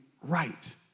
right